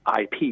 IP